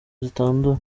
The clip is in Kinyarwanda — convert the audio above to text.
zitandura